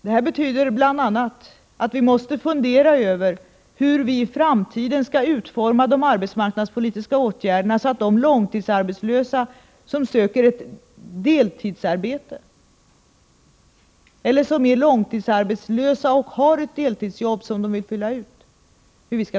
Detta betyder bl.a. att vi måste fundera över hur vi i framtiden skall utforma de arbetsmarknadspolitiska åtgärderna så att vi kan hjälpa de långtidsarbetslösa som söker ett deltidsarbete och de långtidsarbetslösa som har ett deltidsarbete som de vill fylla ut.